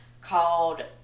called